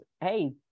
Hey